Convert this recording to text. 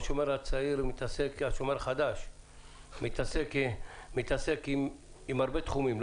השומר החדש מתעסק עם הרבה תחומים,